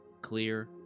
clear